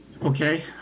okay